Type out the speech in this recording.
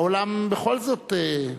והעולם, בכל זאת,